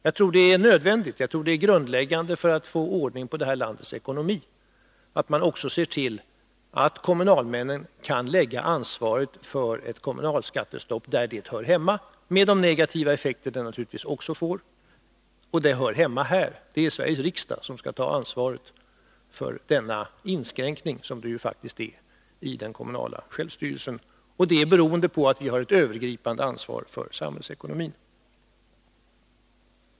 Jag trör att det är nödvändigt och grundläggande för att få ordning på vårt lands ekonomi att man ser till att kommunalmännen också kan lägga ansvaret för ett kommunalskattestopp, med de negativa effekter det naturligtvis får, där det hör hemma; och det hör hemma här. Det är Sveriges riksdag som skall ta ansvaret för denna inskränkning, som det ju faktiskt är, i den kommunala självstyrelsen, och det beroende på att vi har ett övergripande ansvar för samhällsekonomin.